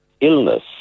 illness